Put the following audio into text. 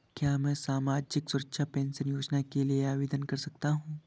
क्या मैं सामाजिक सुरक्षा पेंशन योजना के लिए आवेदन कर सकता हूँ?